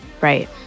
Right